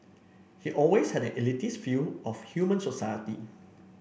he always had an elitist view of human society